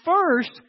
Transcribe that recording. first